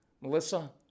Melissa